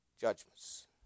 judgments